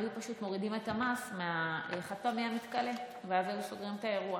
היו פשוט מורידים את המס מהחד-פעמי המתכלה ואז היו סוגרים את האירוע,